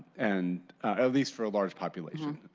and at least for a large population.